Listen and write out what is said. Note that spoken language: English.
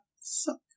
suck